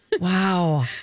Wow